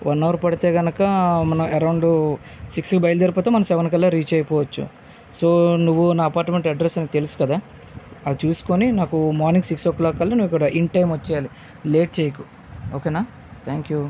one hour పడితే కనుక మనం అరౌండ్ సిక్స్కి బయలుదేరి పోతే మన సెవెన్ కల్లా రీచ్ అయిపోవచ్చు సో నువ్వు నా అపార్ట్మెంట్ అడ్రస్ అని తెలుసు కదా అది చూసుకొని నాకు మార్నింగ్ సిక్స్ ఓ క్లాక్ కల్లా నువ్వు ఇక్కడ ఇన్ టైమ్ వచ్చేయాలి లేట్ చేయకు ఓకేనా థ్యాంక్యూ